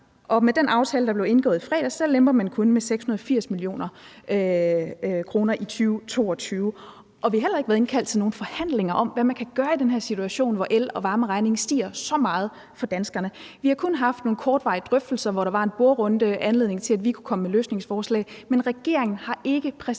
med den aftale, der blev indgået i fredags, lemper man kun med 680 mio. kr. i 2022. Vi har heller ikke været indkaldt til nogen forhandlinger om, hvad man kan gøre i den her situation, hvor el- og varmeregningen stiger så meget for danskerne. Vi har kun haft nogle kortvarige drøftelser, hvor der var en bordrunde, der gav anledning til, at vi kunne komme med løsningsforslag. Men regeringen har ikke præsenteret